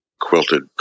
quilted